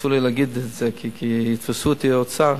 אסור לי להגיד את זה כי יתפסו אותי האוצר,